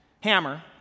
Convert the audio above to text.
hammer